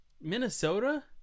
Minnesota